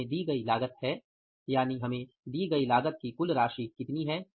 हमें दी गई लागत है यानि हमें दी गई लागत की कुल राशि कितनी है